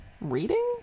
reading